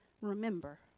remember